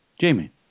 Jamie